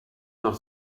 noch